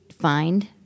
find